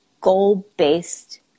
goal-based